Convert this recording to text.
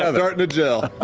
ah starting to gel!